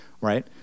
right